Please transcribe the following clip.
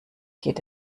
geht